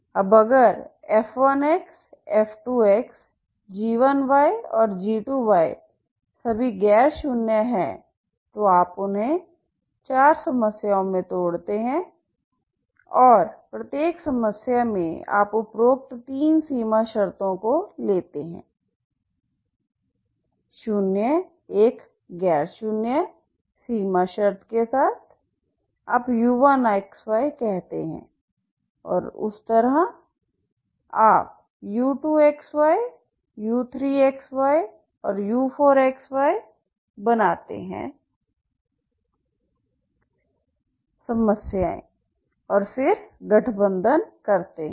अब अगर f1 f2 g1और g2 सभी गैर शून्य हैं तो आप उन्हें चार समस्याओं में तोड़ते हैं और प्रत्येक समस्या में आप उपरोक्त तीन सीमा शर्तों को लेते हैं शून्य एक गैर शून्य सीमा शर्त के साथ आप u1xyकहते हैं और उस तरह आपu2xy u3xy और u4x y बनाते हैं समस्याएं और फिर गठबंधन करते हैं